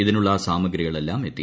ഇതിനുള്ള സാമഗ്രികളെല്ലാം എത്തി